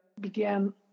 began